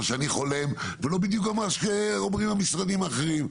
שאני חולם ולא בדיוק כמו מה שאומרים המשרדים האחרים.